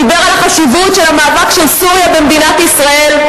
דיבר על החשיבות של המאבק של סוריה במדינת ישראל,